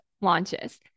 launches